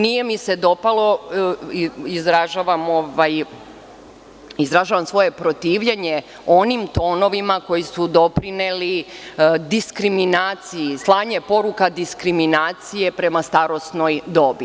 Nije mi se dopalo i izražavam svoje protivljenje onim tonovima koji su doprineli diskriminaciji, slanju poruka diskriminacije prema starosnoj dobi.